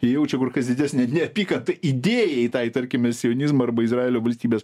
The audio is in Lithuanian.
jie jaučia kur kas didesnę neapykantą idėjai tai tarkime sionizmo arba izraelio valstybės